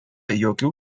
jokių